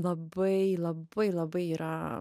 labai labai labai yra